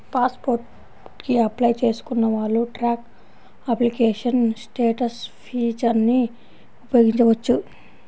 pass port కి apply చేసుకున్న వాళ్ళు ట్రాక్ అప్లికేషన్ స్టేటస్ ఫీచర్ని ఉపయోగించవచ్చు